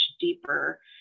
deeper